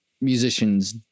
musicians